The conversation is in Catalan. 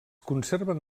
conserven